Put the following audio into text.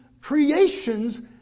creations